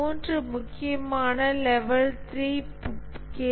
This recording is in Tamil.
3 முக்கியமான லெவல் 3 KPA